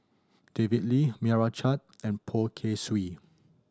David Lee Meira Chand and Poh Kay Swee